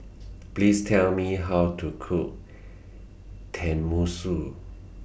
Please Tell Me How to Cook Tenmusu